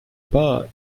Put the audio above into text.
pas